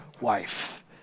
wife